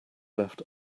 left